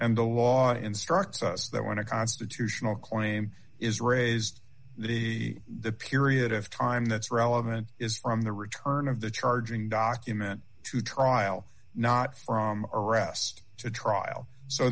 and the law instructs us that when a constitutional claim is raised the the period of time that's relevant is from the return of the charging document to trial not from arrest to trial so